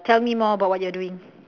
tell me more about what you're doing